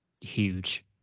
huge